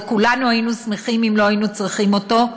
וכולנו היינו שמחים אם לא היינו צריכים אותו.